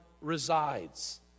resides